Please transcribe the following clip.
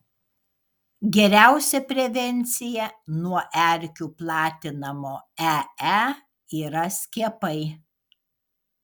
geriausia prevencija nuo erkių platinamo ee yra skiepai